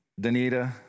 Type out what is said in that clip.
Danita